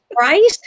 Right